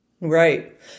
Right